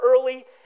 early